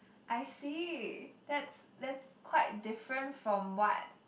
I see that's that's quite different from what